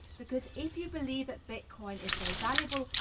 because, if you believe that bitcoin is so valuable,